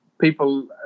people